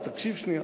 אז תקשיב שנייה.